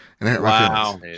Wow